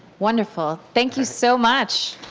wonderful. thank you so much.